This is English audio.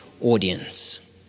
audience